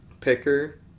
picker